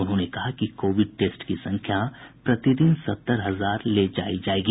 उन्होंने कहा कि कोविड टेस्ट की संख्या प्रतिदिन सत्तर हजार ले जायी जायेगी